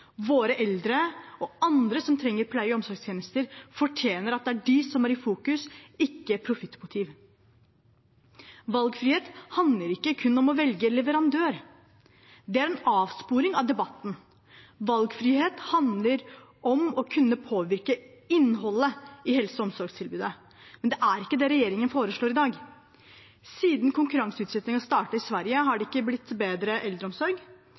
Våre eldre og andre som trenger pleie- og omsorgstjenester, fortjener at det er de som er i fokus, ikke profittmotiv. Valgfrihet handler ikke kun om å velge leverandør. Det er en avsporing av debatten. Valgfrihet handler om å kunne påvirke innholdet i helse- og omsorgstilbudet, men det er ikke det regjeringen foreslår i dag. Siden konkurranseutsettingen startet i Sverige, har det ikke blitt bedre eldreomsorg.